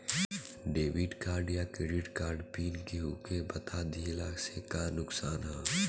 Debit या credit card PIN केहूके बता दिहला से का नुकसान ह?